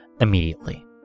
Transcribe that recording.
immediately